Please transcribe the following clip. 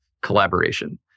collaboration